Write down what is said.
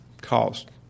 cost